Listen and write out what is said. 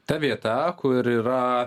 ta vieta kur yra